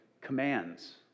commands